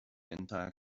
entire